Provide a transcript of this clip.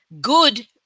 Good